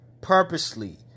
purposely